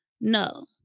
no